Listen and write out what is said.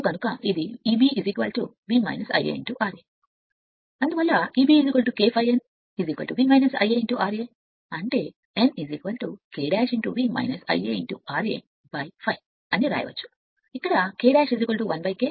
కాబట్టి అందువల్ల Eb K ∅ n V Ia ra అంటే n మనం K V Ia ra ను వ్రాయవచ్చు ఇక్కడ K 1k